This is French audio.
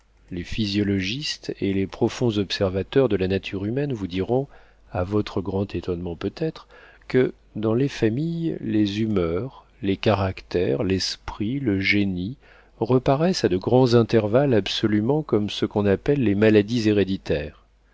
les physiologistes et les profonds observateurs de la nature humaine vous diront à votre grand étonnement peut-être que dans les familles les humeurs les caractères l'esprit le génie reparaissent à de grands intervalles absolument comme ce qu'on appelle les maladies héréditaires